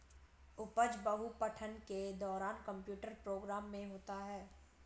उपज बहु पठन के दौरान कंप्यूटर प्रोग्राम में होता है